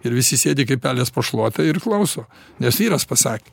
ir visi sėdi kaip pelės po šluota ir klauso nes vyras pasakė